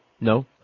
No